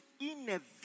inevitable